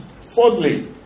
Fourthly